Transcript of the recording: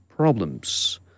problems